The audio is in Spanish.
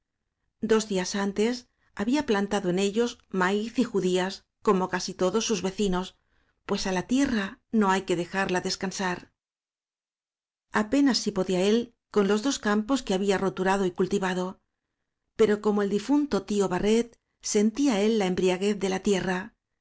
dos días antes había plantado en ellos maíz y judías como casi todos sus vecinos pues á la tierra no hay que dejarla descansar apenas si podía él con los dos campos que había roturado y cultivado pero como el di funto tío barret sentía él la embriaguez de la tierra